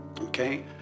Okay